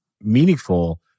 meaningful